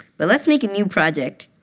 but let's make new project.